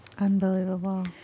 Unbelievable